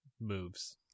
moves